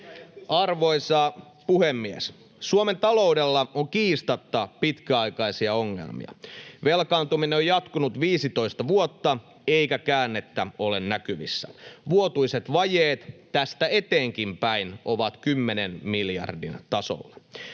Arvoisa puhemies! Suomen taloudella on kiistatta pitkäaikaisia ongelmia. Velkaantuminen on jatkunut 15 vuotta, eikä käännettä ole näkyvissä. Vuotuiset vajeet tästä eteenkin päin ovat 10 miljardin tasolla.